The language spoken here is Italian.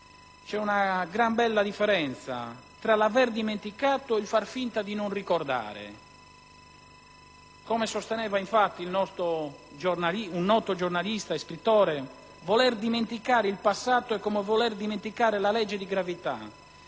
C'è una gran bella differenza tra l'aver dimenticato e il far finta di non ricordare. Come sosteneva infatti un noto giornalista e scrittore: voler dimenticare il passato è come voler dimenticare la legge di gravità;